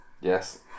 Yes